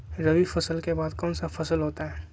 रवि फसल के बाद कौन सा फसल होता है?